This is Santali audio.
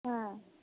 ᱦᱮᱸ